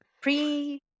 pre